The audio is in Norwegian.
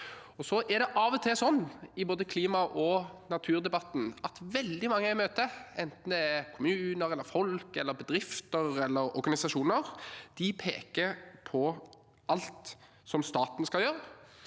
Så er det av og til slik, både i klima- og naturdebatten, at veldig mange jeg møter – enten det er kommuner, folk, bedrifter eller organisasjoner – peker på alt som staten skal gjøre,